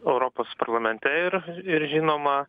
europos parlamente ir ir žinoma